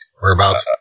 whereabouts